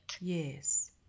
Yes